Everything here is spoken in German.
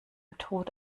tod